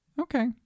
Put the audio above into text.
Okay